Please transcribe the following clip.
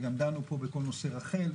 וגם דנו פה בכל נושא רח"ל,